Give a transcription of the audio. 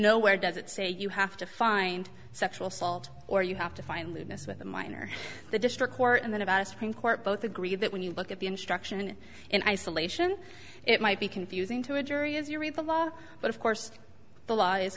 nowhere does it say you have to find sexual assault or you have to find lewdness with a minor the district court and then about a supreme court both agree that when you look at the instruction in isolation it might be confusing to a jury as you read the law but of course the law is